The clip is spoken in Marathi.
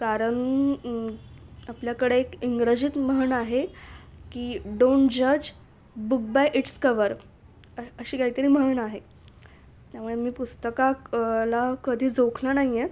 कारण आपल्याकडे एक इंग्रजीत म्हण आहे की डोंट जज बुक बाय इट्स कवर अशी काहीतरी म्हण आहे त्यामुळे मी पुस्तका ला कधी जोखलं नाही आहे